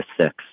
six